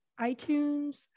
iTunes